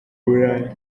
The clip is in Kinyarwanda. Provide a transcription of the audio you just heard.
burayi